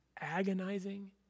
agonizing